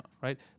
Right